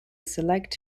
select